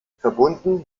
verbunden